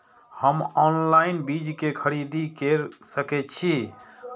हम ऑनलाइन बीज के खरीदी केर सके छी?